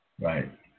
right